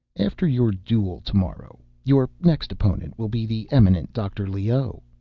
after your duel tomorrow, your next opponent will be the eminent dr. leoh,